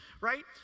right